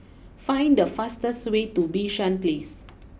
find the fastest way to Bishan place